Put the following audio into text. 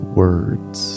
words